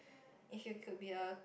it should could be a